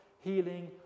healing